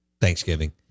Thanksgiving